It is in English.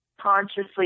consciously